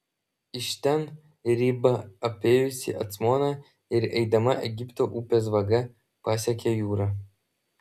iš ten riba apėjusi acmoną ir eidama egipto upės vaga pasiekia jūrą